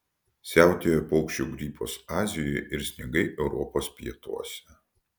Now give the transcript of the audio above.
siautėjo paukščių gripas azijoje ir sniegai europos pietuose